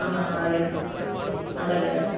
అలాగే శేషు అలాగే అలాగే